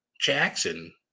Jackson